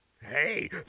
Hey